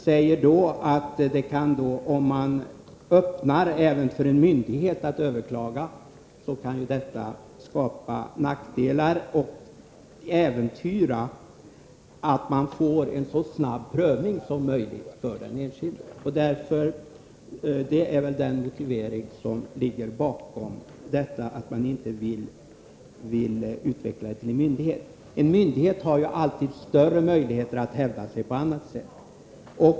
Om man öppnar möjlighet även för en myndighet att överklaga kan det skapa nackdelar och äventyra att man får en så snabb prövning som möjligt för den enskilde. Det är väl den motiveringen som ligger bakom detta att man inte vill utvidga klagorätten till en myndighet. En myndighet har ju alltid större möjligheter att hävda sin rätt på annat sätt.